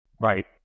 Right